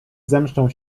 zemszczą